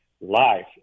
life